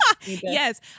Yes